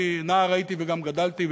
נער הייתי וגם גדלתי,